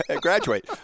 graduate